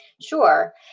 Sure